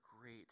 great